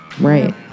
Right